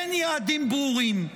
אין יעדים ברורים.